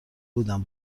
بودم